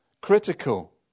Critical